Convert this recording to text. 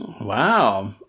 Wow